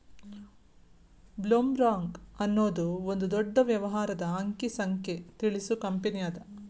ಬ್ಲೊಮ್ರಾಂಗ್ ಅನ್ನೊದು ಒಂದ ದೊಡ್ಡ ವ್ಯವಹಾರದ ಅಂಕಿ ಸಂಖ್ಯೆ ತಿಳಿಸು ಕಂಪನಿಅದ